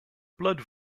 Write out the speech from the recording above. blood